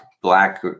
Black